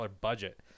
budget